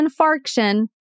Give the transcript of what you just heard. infarction